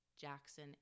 Jackson